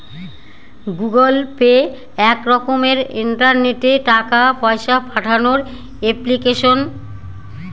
Google Pay এক রকমের ইন্টারনেটে টাকা পয়সা পাঠানোর এপ্লিকেশন